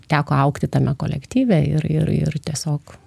teko augti tame kolektyve ir ir ir tiesiog